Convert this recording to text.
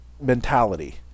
mentality